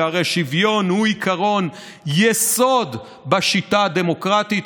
שהרי שוויון הוא עקרון יסוד בשיטה הדמוקרטית,